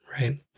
Right